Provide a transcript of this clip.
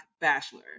bachelor